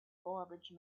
garbage